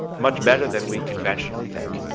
much better than we conventionally think.